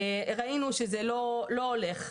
ראינו שזה לא הולך,